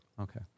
Okay